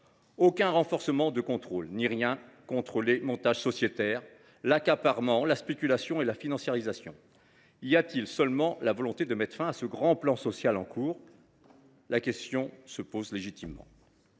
plus qu’aucune mesure contre les montages sociétaires, l’accaparement, la spéculation et la financiarisation. Existe t il vraiment une volonté de mettre fin à ce grand plan social en cours ? La question se pose légitimement.